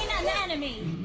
an enemy